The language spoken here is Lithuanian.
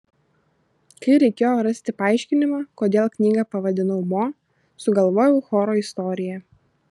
kai reikėjo rasti paaiškinimą kodėl knygą pavadinau mo sugalvojau choro istoriją